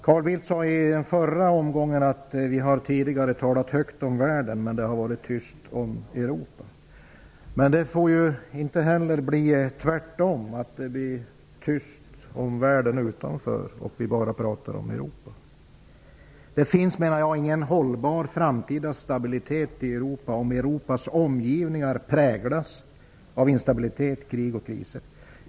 Carl Bildt sade tidigare i dag att vi har tidigare talat högt om världen, man att det har varit tyst om Europa. Det får ju inte heller bli tvärtom, att det blir tyst om världen utanför medan vi bara talar om Europa. Jag menar att det inte finns någon hållbar framtida stabilitet i Europa, om Europas omgivningar präglas av instabilitet, krig och kriser.